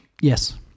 Yes